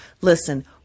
Listen